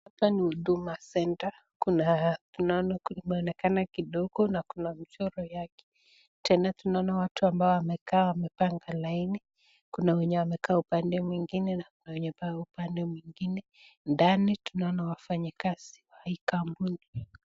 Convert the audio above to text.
Hapa ni huduma centre, imeonekana kidogo na kuna mchoro yake, tena tunaona watu ambao wamekaa wamepanga laini, kuna wenye wamekaa uoande mwingine na kuna wenye upande mwingine, ndani tunaona wafanyikazi wa hii kampuni.